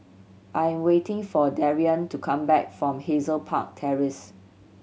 I'm waiting for Darrian to come back from Hazel Park Terrace